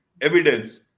evidence